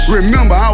Remember